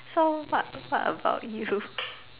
so what what about you